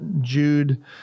Jude